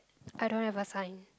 I don't have a sign